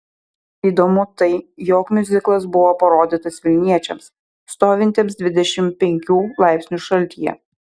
įdomu tai jog miuziklas buvo parodytas vilniečiams stovintiems dvidešimt penkių laipsnių šaltyje